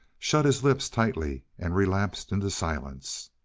shut his lips tightly and relapsed into silence.